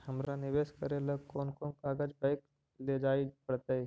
हमरा निवेश करे ल कोन कोन कागज बैक लेजाइ पड़तै?